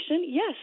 yes